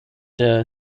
der